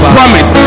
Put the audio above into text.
promise